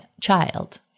child